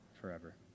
forever